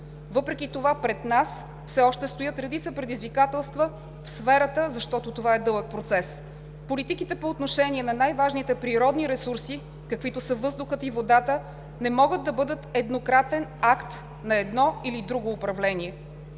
Въпреки това пред нас все още стоят редица предизвикателства в сферата, защото това е дълъг процес. Политиките по отношение на най-важните природни ресурси, каквито са въздухът и водата, не могат да бъдат еднократен акт на едно или друго управление.